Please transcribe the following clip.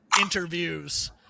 interviews